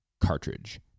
cartridge